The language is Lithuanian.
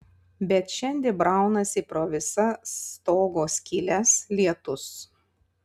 bet šiandie braunasi pro visas stogo skyles lietus